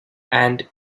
and